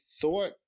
thought